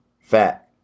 fat